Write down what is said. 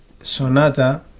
sonata